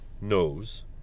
knows